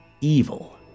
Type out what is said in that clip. Evil